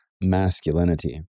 masculinity